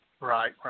right